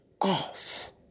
off